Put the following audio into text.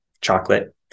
chocolate